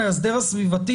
המאסדר הסביבתי,